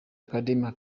academy